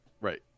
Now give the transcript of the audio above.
Right